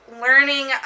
learning